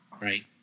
Right